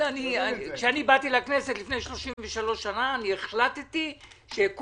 כשאני באתי לכנסת לפני 33 שנים החלטתי שאת